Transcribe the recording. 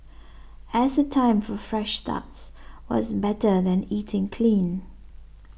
as a time for fresh starts what's better than eating clean